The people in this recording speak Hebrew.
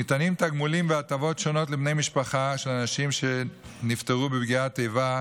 ניתנים תגמולים והטבות שונות לבני משפחה של אנשים שנפטרו בפעולת איבה,